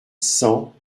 cent